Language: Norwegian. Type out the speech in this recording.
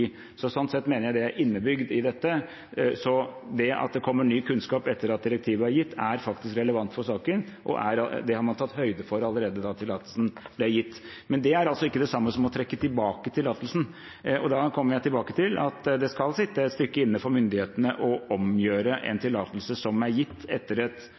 Sånn sett mener jeg det er innebygd i dette. Det at det kommer ny kunnskap etter at direktivet er gitt, er faktisk relevant for saken, og det har man tatt høyde for allerede da tillatelsen ble gitt. Men det er altså ikke det samme som å trekke tilbake tillatelsen. Da kommer jeg tilbake til at det skal sitte et stykke inne for myndighetene å omgjøre en tillatelse som er gitt etter et